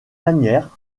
manière